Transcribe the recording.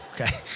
Okay